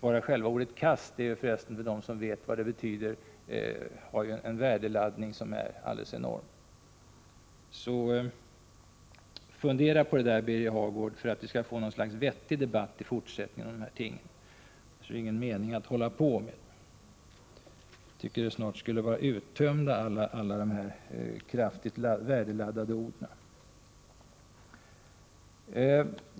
Bara själva ordet kast är ju för resten, för dem som känner till vad det betyder, alldeles enormt värdeladdat. För att vi i fortsättningen skall få en vettig debatt om dessa ting bör Birger Hagård fundera på vad orden egentligen har för betydelse. Det är ingen mening att hålla på som Birger Hagård gör. Jag tycker att alla de här kraftigt värdeladdade orden snart borde vara uttömda.